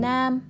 Nam